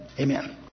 Amen